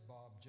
Bob